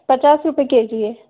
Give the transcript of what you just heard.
पचास रुपये K G है